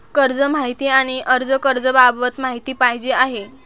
कर्ज माहिती आणि कर्ज अर्ज बाबत माहिती पाहिजे आहे